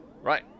Right